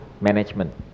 management